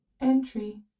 Entry